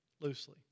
loosely